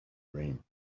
dream